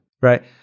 right